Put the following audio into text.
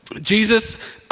Jesus